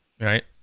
right